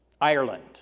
Ireland